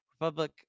Republic